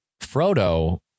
Frodo